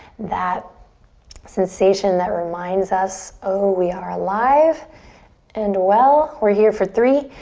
that sensation that reminds us oh, we are alive and well. we're here for three,